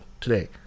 today